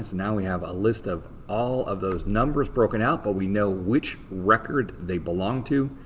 now we have a list of all of those numbers broken out. but we know which record they belong to,